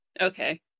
okay